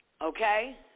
Okay